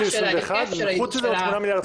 של ההיקף של התוכנית להתמודדות עם הקורונה.